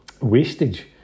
wastage